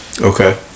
okay